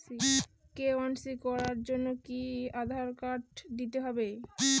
KYC করার জন্য কি আধার কার্ড দিতেই হবে?